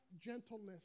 gentleness